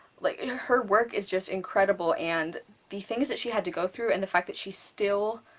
like her work is just incredible and the things that she had to go through and the fact that she still